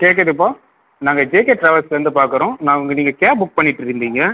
கேட்குதுப்பா நாங்கள் ஜேகே ட்ராவல்ஸ்லேந்து பார்க்குறோம் நாங்கள் நீங்கள் கேப் புக் பண்ணிட்டுருந்தீங்க